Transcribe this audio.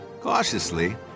Cautiously